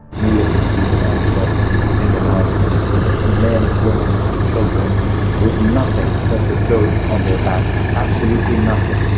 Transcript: millions of people ended up in the mountains men, women and children with nothing but the clothes on their backs, absolutely nothing.